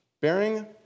bearing